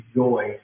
joy